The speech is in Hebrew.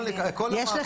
אני אזכיר